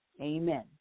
Amen